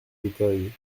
détails